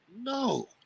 No